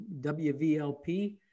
WVLP